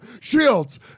shields